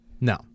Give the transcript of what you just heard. No